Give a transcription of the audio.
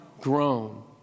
grown